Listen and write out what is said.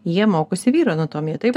jie mokosi vyro anatomiją taip